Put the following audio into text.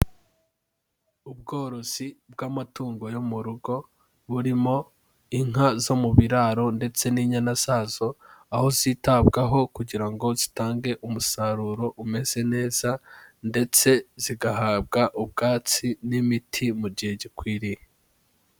Ubworozi bw'amatungo yo mu rugo burimo inka zo mu biraro ndetse n'inyana zazo, aho zitabwaho kugira ngo zitange umusaruro umeze neza ndetse zigahabwa ubwatsi n'imiti mu gihe gikwiriye.